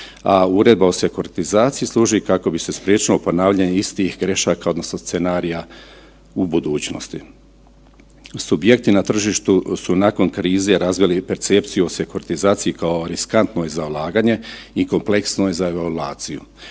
uredba o sekuritizaciji služi kako bi se spriječilo ponavljanje istih grešaka odnosno scenarija u budućnosti. Subjekti na tržištu su nakon krize razvili percepciju o sekuritizaciji kao riskantno je za ulaganje i kompleksno je za evaluaciju.